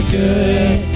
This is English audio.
good